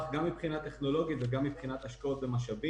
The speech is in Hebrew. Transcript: גם מבחינה טכנולוגית וגם מבחינת השקעות ומשאבים.